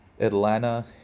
Atlanta